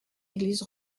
église